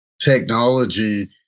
technology